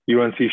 UNC